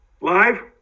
Live